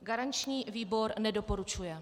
Garanční výbor nedoporučuje.